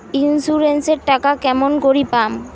Insurance এর টাকা কেমন করি পাম?